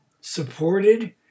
supported